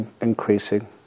increasing